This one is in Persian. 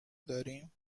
داریم